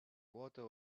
quarter